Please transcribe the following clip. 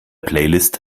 playlist